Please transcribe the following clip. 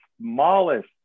smallest